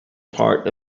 part